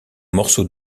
morceau